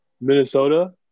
minnesota